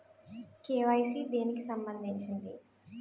KYC దేనికి సంబందించింది?